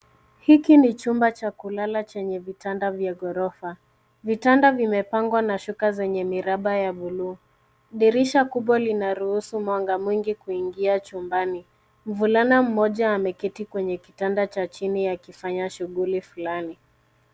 Hiki ni chumba la kulala chenye vitanda vya ghorofa. Vitanda vimepangwa na shuka zenye miraba ya buluu. Dirisha kubwa linaruhusu mwanga mwingi kuingia chumbani. Mvulana mmoja ameketi kwenye kitanda cha chini akifanya shughuli fulani.